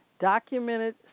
documented